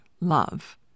love